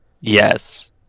Yes